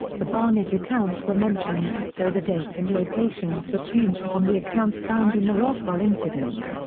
the barnett accounts were mentioned, though the dates and locations were changed from the accounts found in the roswell incident.